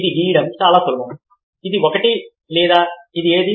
ఇది గీయడం చాలా సులభం ఇది ఒకటి లేదా ఇది ఏది